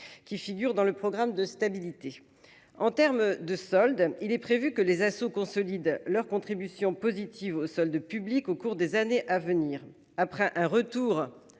Qui figure dans le programme de stabilité en terme de solde. Il est prévu que les assauts consolident leur contribution positive au sol public au cours des années à venir, après un retour,